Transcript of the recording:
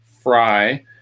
Fry